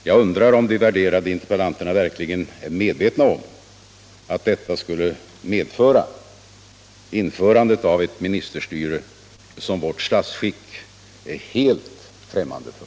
Jag undrar om de värderade interpellanterna verkligen är medvetna om att detta skulle medföra införandet av ett ministerstyre som vårt statsskick är helt främmande för.